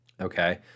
Okay